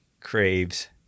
craves